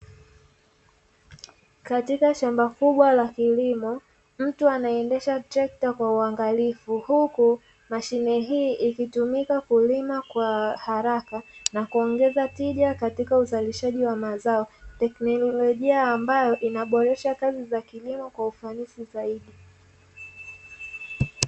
Katika shamba kubwa la kilimo mtu anaendesha trekta kwa uangalifu, huku mashine hii ikitumika kulima kwa haraka na kuongeza tija katika uzalishaji wa mazao. Teknolojia ambayo inaboresha kazi za kilimo kwa ufanisi zaidi.